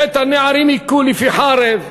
ואת הנערים הכו לפי חרב,